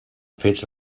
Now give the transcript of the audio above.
fets